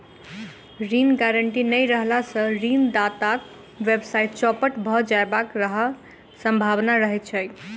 ऋण गारंटी नै रहला सॅ ऋणदाताक व्यवसाय चौपट भ जयबाक पूरा सम्भावना रहैत छै